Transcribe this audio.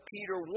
Peter